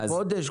חודש?